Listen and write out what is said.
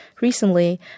recently